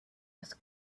was